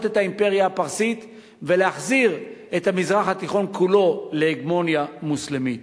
את האימפריה הפרסית ולהחזיר את המזרח התיכון כולו להגמוניה מוסלמית.